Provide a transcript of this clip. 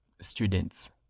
students